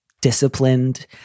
disciplined